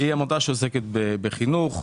שעוסקת בחינוך.